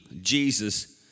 Jesus